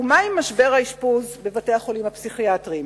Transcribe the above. ומה עם משבר האשפוז בבתי-החולים הפסיכיאטריים?